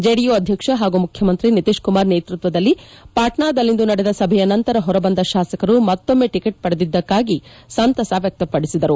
JDU ಅಧ್ಯಕ್ಷ ಹಾಗೂ ಮುಖ್ಯಮಂತ್ರಿ ನಿತೀಶ್ ಕುಮಾರ್ ನೇತೃತ್ವದಲ್ಲಿ ಪಾಟ್ನಾದಲ್ಲಿಂದು ನಡೆದ ಸಭೆ ನಂತರ ಹೊರಬಂದ ಶಾಸಕರು ಮತ್ತೊಮ್ಮೆ ಟಿಕೆಟ್ ಪಡೆದಿದ್ದಕ್ಕಾಗಿ ಸಂತಸ ವ್ಯಕ್ತಪಡಿಸಿದರು